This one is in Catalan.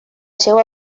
seua